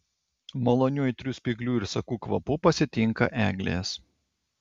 maloniu aitriu spyglių ir sakų kvapu pasitinka eglės